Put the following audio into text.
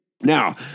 Now